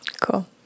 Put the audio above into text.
Cool